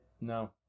no